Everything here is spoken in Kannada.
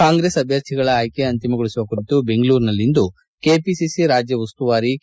ಕಾಂಗ್ರೆಸ್ ಅಭ್ಯರ್ಥಿಗಳ ಆಯ್ಕೆ ಅಂತಿಮಗೊಳಿಸುವ ಕುರಿತು ಬೆಂಗಳೂರಿನಲ್ಲಿಂದು ಕೆಪಿಸಿಸಿ ರಾಜ್ಯ ಉಸ್ತುವಾರಿ ಕೆ